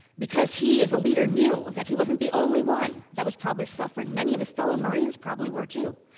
because he as a leader knew that he wasn't the only one, that was probably suffering, many of his fellow marines probably were too.